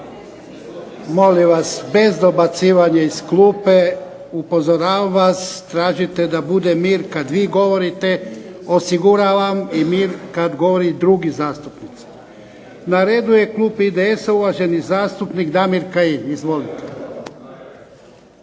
Molim vas, bez dobacivanja iz klupe. Upozoravam vas, tražite da bude mir kad vi govorite, osiguravam, i mir kad govore drugi zastupnici. Na redu je klub IDS-a, uvaženi zastupnik Damir Kajin. Izvolite.